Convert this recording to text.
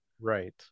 Right